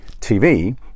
tv